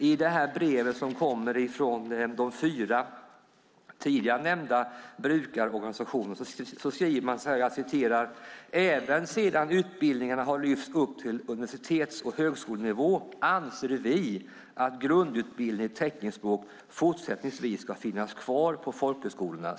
I det brev som kommer från de fyra tidigare nämnda brukarorganisationerna säger man att "även sedan utbildningarna har lyfts upp till universitets-högskolenivå, anser vi att grundutbildning i teckenspråk fortsättningsvis ska finnas kvar på folkhögskolorna".